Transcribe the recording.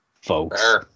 folks